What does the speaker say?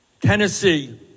Tennessee